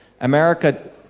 America